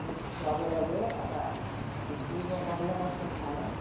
বুট খোৱাব লাগিব তাৰপা খিচিৰি বনাবলে কৈছে চাৰে